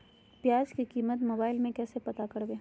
प्याज की कीमत मोबाइल में कैसे पता करबै?